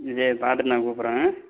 சரி பார்த்துட்டு நான் கூப்பிட்றேன்